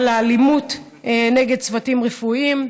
האלימות נגד צוותים רפואיים.